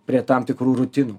prie tam tikrų rutinų